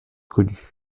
connus